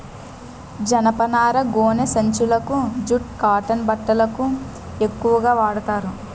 జనపనార గోనె సంచులకు జూట్ కాటన్ బట్టలకు ఎక్కువుగా వాడతారు